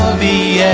the yeah